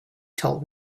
told